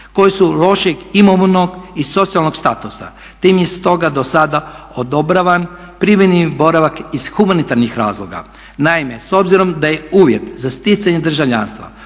koje su lošeg imovnog i socijalnog statusa, te im je stoga do sada odobravan privremeni boravak iz humanitarnih razloga. Naime, s obzirom da je uvjet za sticanje državljanstva